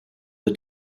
the